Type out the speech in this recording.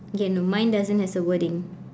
okay no mine doesn't has a wording